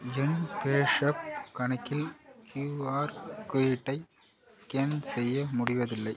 என் பேஸாப் கணக்கில் க்யூஆர் குறியீட்டை ஸ்கேன் செய்ய முடிவதில்லை